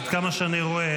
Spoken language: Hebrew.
עד כמה שאני רואה,